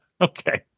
Okay